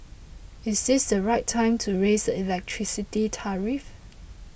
is this the right time to raise the electricity tariff